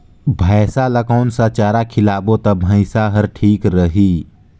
भैसा ला कोन सा चारा खिलाबो ता भैंसा हर ठीक रही?